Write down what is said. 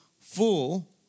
full